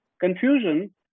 confusion